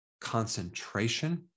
concentration